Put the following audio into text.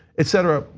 etc.